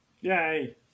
Yay